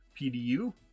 pdu